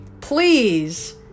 please